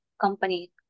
company